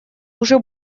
уже